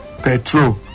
petrol